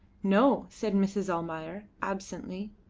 no, said mrs. almayer, absently.